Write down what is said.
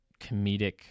comedic